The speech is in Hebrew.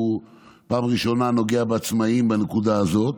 פעם ראשונה נוגע בעצמאים בנקודה הזאת,